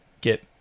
get